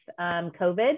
COVID